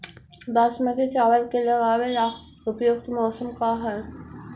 बासमती चावल के लगावे ला उपयुक्त मौसम का है?